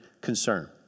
concern